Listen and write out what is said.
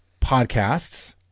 podcasts